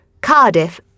cardiff